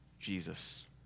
Jesus